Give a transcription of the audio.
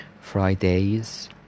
Fridays